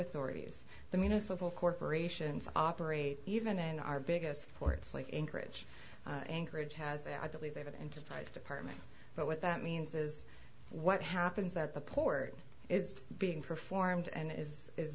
authorities the municipal corporations operate even in our biggest ports in krige anchorage has i believe they have enterprise department but what that means is what happens at the port is being performed and is is